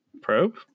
Probe